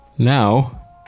Now